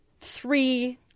three